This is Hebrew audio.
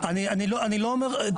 אני לא אומר,